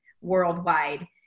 worldwide